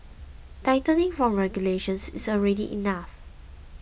tightening from regulations is already enough